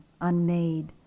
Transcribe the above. unmade